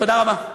תודה רבה.